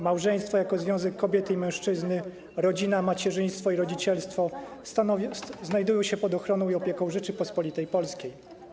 Małżeństwo jako związek kobiety i mężczyzny, rodzina, macierzyństwo i rodzicielstwo znajdują się pod ochroną i opieką Rzeczypospolitej Polskiej.